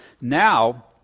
Now